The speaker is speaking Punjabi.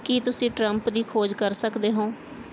ਕੀ ਤੁਸੀਂ ਟਰੰਪ ਦੀ ਖੋਜ ਕਰ ਸਕਦੇ ਹੋ